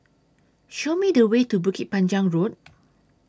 Show Me The Way to Bukit Panjang Road